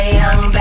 young